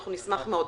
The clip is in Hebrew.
נשמח מאוד.